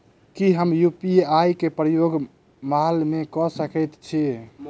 की हम यु.पी.आई केँ प्रयोग माल मै कऽ सकैत छी?